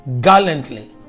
gallantly